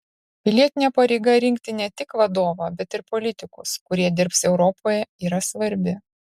pilietinė pareiga rinkti ne tik vadovą bet ir politikus kurie dirbs europoje yra svarbi